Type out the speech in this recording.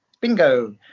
Bingo